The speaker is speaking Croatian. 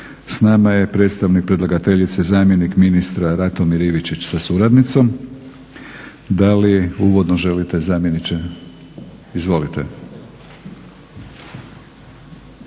S nama je predstavnik predlagateljice zamjenik ministra Ratomir Ivičić sa suradnicom. Da li uvodno želite zamjeniče? Izvolite.